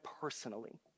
personally